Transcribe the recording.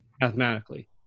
mathematically